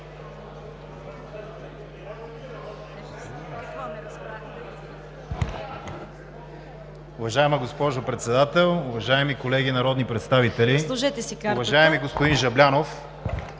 Уважаема госпожо Председател, уважаеми колеги народни представители! Уважаеми господин Жаблянов,